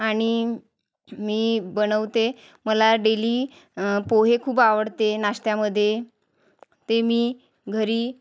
आणि मी बनवते मला डेली पोहे खूप आवडते नाश्त्यामध्ये ते मी घरी